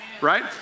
right